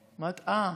אה,